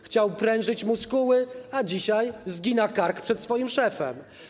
Chciał prężyć muskuły, a dzisiaj zgina kark przed swoim szefem.